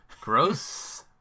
Gross